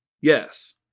Yes